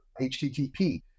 HTTP